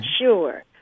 sure